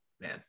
man